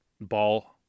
ball